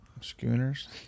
Schooners